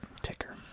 ticker